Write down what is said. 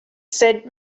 set